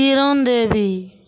Kiran Devi